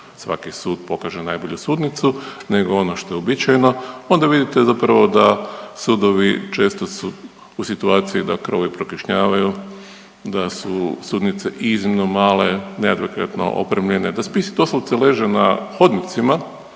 svaki sud pokaže najbolju sudnicu nego ono što je uobičajeno, onda vidite zapravo da sudovi često u situaciji da krovovi prokišnjavaju, da su sudnice iznimno male, neadekvatno opremljene, da spisi doslovce leže na hodnicima